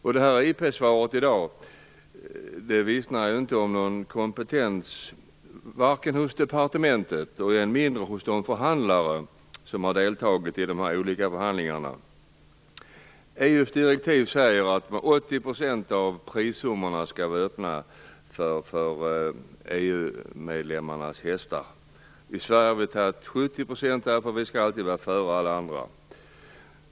Interpellationssvaret i dag vittnar inte om någon kompetens hos departementet än mindre hos de förhandlare som har deltagit i de olika förhandlingarna. EU:s direktiv säger att 80 % av prissummorna skall anslås till lopp öppna för EU-medlemmarnas hästar. I Sverige har vi 70 %, eftersom vi alltid skall gå före alla andra.